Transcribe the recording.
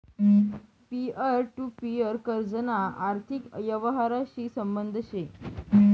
peer to peer कर्जना आर्थिक यवहारशी संबंध शे